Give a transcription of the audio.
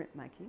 printmaking